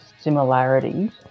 similarities